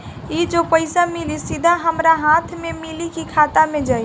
ई जो पइसा मिली सीधा हमरा हाथ में मिली कि खाता में जाई?